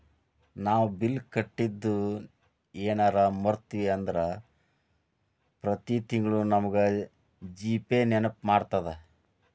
ನಾವು ಬಿಲ್ ಕಟ್ಟಿದ್ದು ಯೆನರ ಮರ್ತ್ವಿ ಅಂದ್ರ ಪ್ರತಿ ತಿಂಗ್ಳು ನಮಗ ಜಿ.ಪೇ ನೆನ್ಪ್ಮಾಡ್ತದ